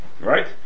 Right